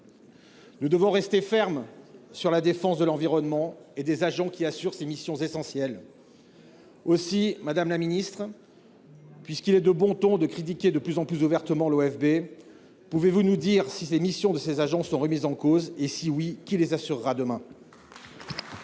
Nous devons rester fermes sur la défense de l’environnement et soutenir les agents qui assurent ces missions essentielles. Madame la ministre, puisqu’il est de bon ton de critiquer de plus en plus ouvertement l’OFB, pouvez vous nous dire si ses missions sont remises en cause ? Le cas échéant, qui les assurera demain ?